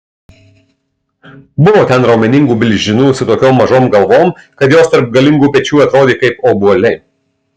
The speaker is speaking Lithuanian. buvo ten raumeningų milžinų su tokiom mažom galvom kad jos tarp galingų pečių atrodė kaip obuoliai